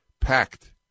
packed